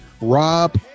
Rob